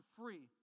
free